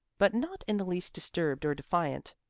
but not in the least disturbed or defiant.